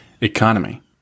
economy